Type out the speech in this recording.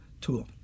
tool